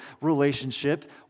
relationship